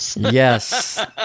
Yes